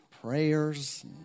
prayers